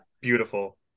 beautiful